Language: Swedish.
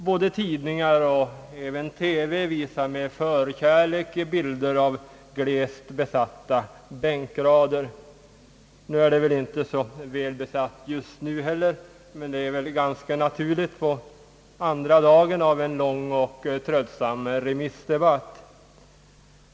Både tidningar och TV visar med förkärlek bilder av glest besatta bänkrader. Att de är dåligt besatta nu, andra dagen av en lång och tröttsam remissdebatt, är väl inget att förvånas över.